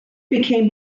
became